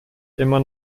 immer